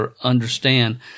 understand